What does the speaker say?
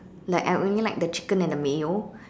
like I only like the chicken and the mayo